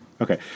Okay